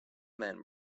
men